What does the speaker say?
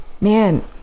Man